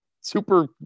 super